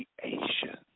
creation